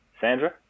sandra